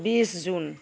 বিছ জুন